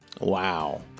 Wow